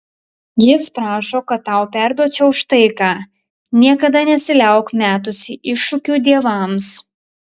jis prašo kad tau perduočiau štai ką niekada nesiliauk metusi iššūkių dievams